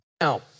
Now